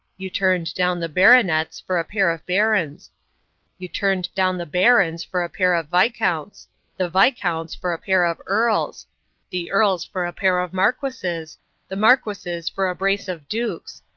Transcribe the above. you turned down the baronets for a pair of barons you turned down the barons for a pair of viscounts the viscounts for a pair of earls the earls for a pair of marquises the marquises for a brace of dukes.